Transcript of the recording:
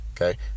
Okay